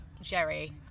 Jerry